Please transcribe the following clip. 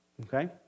Okay